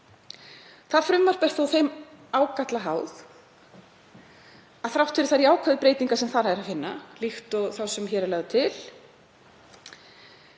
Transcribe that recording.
Það frumvarp er þó þeim ágalla háð að þrátt fyrir þær jákvæðu breytingar sem þar er að finna, líkt og þá sem hér er lögð til,